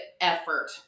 effort